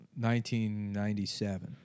1997